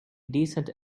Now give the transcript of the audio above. decent